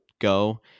go